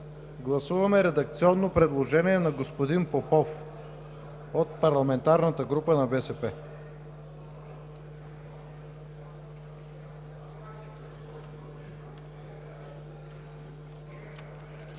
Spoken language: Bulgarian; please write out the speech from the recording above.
Гласуваме редакционно предложение на господин Попов от Парламентарната група на БСП